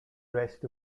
rest